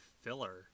filler